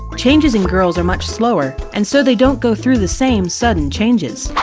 changes in girls are much slower and so they don't go through the same, sudden changes.